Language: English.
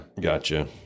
Gotcha